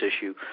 issue